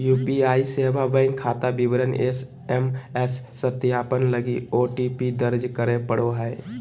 UPI सेवा bank खाता विवरण एस.एम.एस सत्यापन लगी ओ.टी.पी दर्ज करे पड़ो हइ